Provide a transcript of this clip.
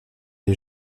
les